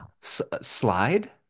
slide